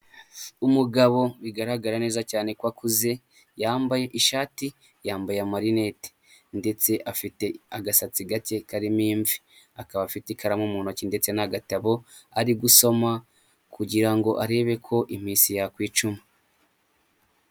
Umugabo bigaragara neza cyane ko akuze yambaye ishati, yambaye marinete ndetse afite agasatsi gake karimo imvi, akaba afite ikaramu mu ntoki ndetse n'agatabo ari gusoma kugira arebe ko iminsi yakwicuma.